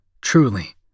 Truly